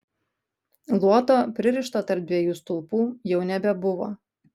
luoto pririšto tarp dviejų stulpų jau nebebuvo